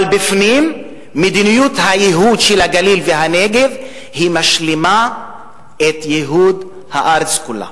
אבל בפנים מדיניות הייהוד של הגליל והנגב משלימה את ייהוד הארץ כולה.